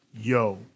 yo